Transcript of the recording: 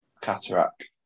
cataract